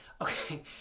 Okay